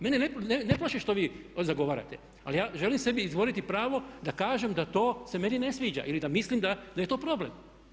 Mene ne plaši što vi zagovarate, ali ja želim sebi izvoliti pravo da kažem da to se meni ne sviđa ili da mislim da je to problem.